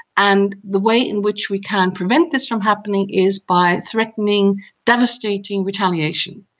and the way in which we can prevent this from happening is by threatening devastating retaliation.